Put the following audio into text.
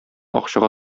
акчага